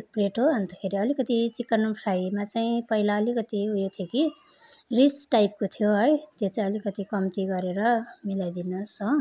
एक प्लेट हो अन्तखेरि अलिकति चिकन फ्राईमा चाहिँ पहिला अलिकति उयो थियो कि रिच टाइपको थियो है त्यो चाहिँ अलिकति कम्ती गरेर मिलाइदिनुहोस् हो